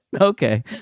okay